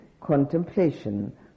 contemplation